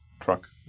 Truck